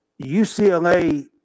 UCLA